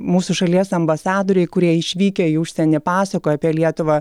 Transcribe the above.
mūsų šalies ambasadoriai kurie išvykę į užsienį pasakoja apie lietuvą